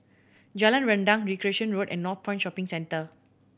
Jalan Rendang Recreation Road and Northpoint Shopping Centre